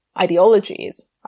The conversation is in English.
ideologies